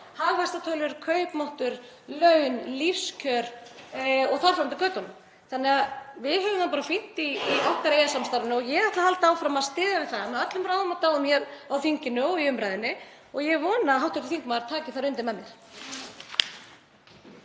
hagvaxtartölur, kaupmáttur, laun, lífskjör og þar fram eftir götunum. Þannig að við höfum það bara fínt í okkar EES-samstarfi og ég ætla að halda áfram að styðja við það með öllum ráðum og dáð á þinginu og í umræðunni og ég vona að hv. þingmaður taki þar undir með mér.